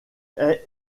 est